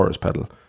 pedal